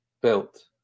built